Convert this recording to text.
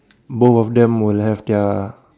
both of them will have their